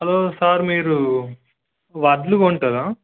hello sir మీరు వడ్లు కొంటారా